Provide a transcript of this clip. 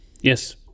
Yes